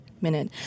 minute